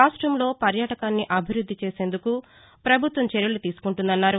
రాష్టంలో పర్యాటకాన్ని అభివృద్ది చేసేందుకు ప్రభుత్వం చర్యలు తీసుకుంటుందన్నారు